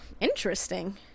Interesting